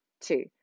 two